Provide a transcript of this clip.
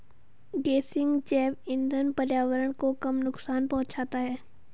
गेसिंग जैव इंधन पर्यावरण को कम नुकसान पहुंचाता है